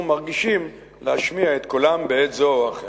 מרגישים להשמיע את קולם בעת זו או אחרת.